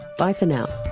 bye for now